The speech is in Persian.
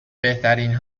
بهترین